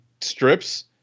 strips